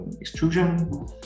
extrusion